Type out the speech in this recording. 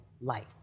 life